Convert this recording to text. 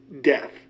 death